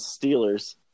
Steelers